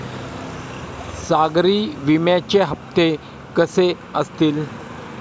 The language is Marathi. सागरी विम्याचे हप्ते कसे असतील?